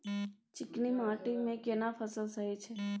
चिकनी माटी मे केना फसल सही छै?